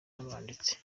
n’abanditsi